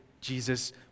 Jesus